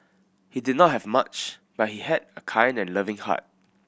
he did not have much but he had a kind and loving heart